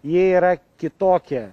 jie yra kitokie